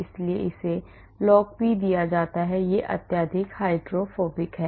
इसलिए इसे log P दिया जाता है यह अत्यधिक हाइड्रोफोबिक है